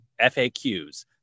FAQs